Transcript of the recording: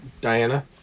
Diana